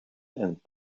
and